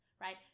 right